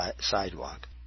sidewalk